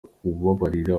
kubabarira